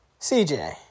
CJ